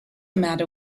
matter